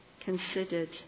considered